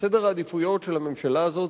וסדר העדיפויות של הממשלה הזאת,